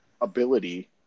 ability